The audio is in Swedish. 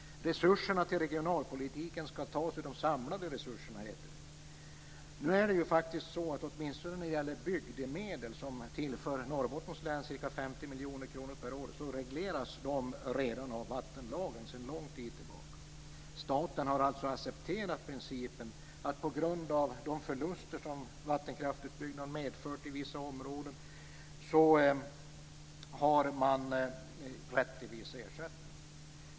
Resurserna till regionalpolitiken skall tas ur de samlade resurserna, heter det. miljoner kronor per år regleras sedan lång tid tillbaka av vattenlagen. Staten har accepterat principen att man har rätt till viss ersättning för de förluster som vattenkraftsutbyggnaden har medfört i vissa områden.